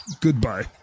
Goodbye